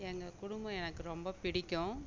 எங்கள் குடும்பம் எனக்கு ரொம்ப பிடிக்கும்